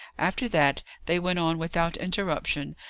after that, they went on without interruption,